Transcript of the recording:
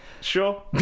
Sure